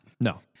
No